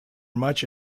much